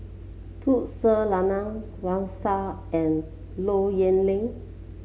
Tun Sri Lanang Wang Sha and Low Yen Ling